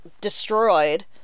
destroyed